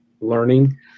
learning